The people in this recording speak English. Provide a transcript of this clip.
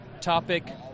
topic